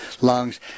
lungs